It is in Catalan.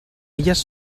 illes